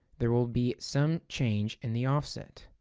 there will be some change in the offset.